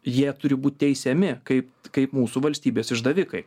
jie turi būt teisiami kaip kaip mūsų valstybės išdavikai